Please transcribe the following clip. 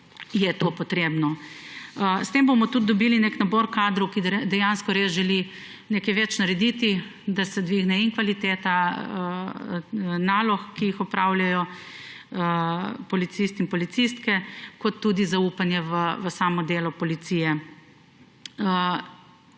je to potrebno. S tem bomo dobili tudi nek nabor kadrov, ki dejansko res želi nekaj več narediti, da se dvigne kvaliteta nalog, ki jih opravljajo policisti in policistke, kot tudi zaupanje v samo delo policije.